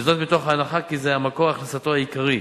מתוך הנחה שזה היה מקור הכנסתו העיקרי,